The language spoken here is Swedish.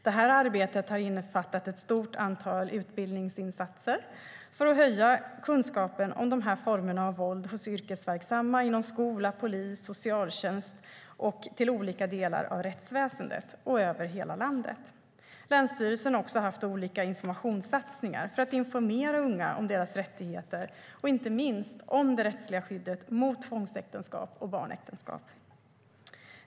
Detta arbete har innefattat ett stort antal utbildningsinsatser för att höja kunskapen om dessa former av våld hos yrkesverksamma inom skola, polis, socialtjänst och olika delar av rättsväsendet över hela landet. Länsstyrelsen har också haft olika informationssatsningar för att informera unga om deras rättigheter och inte minst om det rättsliga skyddet mot tvångsäktenskap och barnäktenskap.